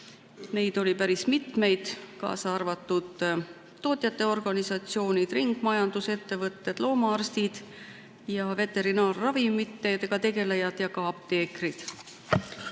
Neid oli päris mitmeid, kaasa arvatud tootjate organisatsioonid, ringmajandusettevõtted, loomaarstid, veterinaarravimitega tegelejad ja ka apteekrid.